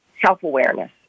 self-awareness